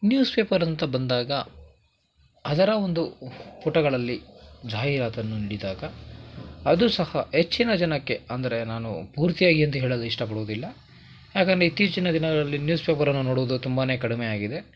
news paper ಅಂತ ಬಂದಾಗ ಅದರ ಒಂದು ಪುಟಗಳಲ್ಲಿ ಜಾಹೀರಾತನ್ನು ನೀಡಿದಾಗ ಅದು ಸಹ ಹೆಚ್ಚಿನ ಜನಕ್ಕೆ ಅಂದರೆ ನಾನು ಪೂರ್ತಿಯಾಗಿ ಅಂತ ಹೇಳಲು ಇಷ್ಟಪಡುವುದಿಲ್ಲ ಯಾಕಂದರೆ ಇತ್ತೀಚಿನ ದಿನಗಳಲ್ಲಿ ನ್ಯೂಸ್ ಪೇಪರನ್ನು ನೋಡೋದು ತುಂಬಾ ಕಡಿಮೆ ಆಗಿದೆ